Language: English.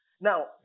Now